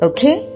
Okay